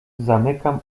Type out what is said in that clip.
zamykam